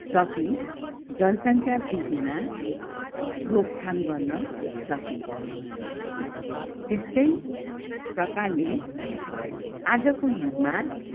सके जनसंख्या बृद्धि रोकथाम गर्न सकिन्छ तेस्तै प्रकारले आजको युगमा